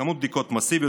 בכמות בדיקות מסיבית,